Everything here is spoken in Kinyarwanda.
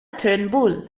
turnbull